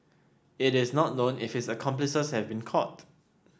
it is not known if his accomplices have been caught